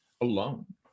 alone